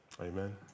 amen